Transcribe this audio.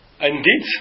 Indeed